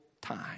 time